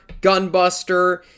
Gunbuster